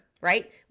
right